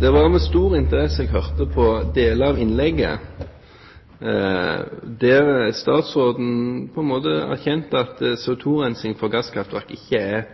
Det var med stor interesse jeg hørte på deler av innlegget, der statsråden på en måte erkjente at CO2-rensing fra gasskraftverk ikke er